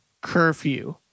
curfew